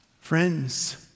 Friends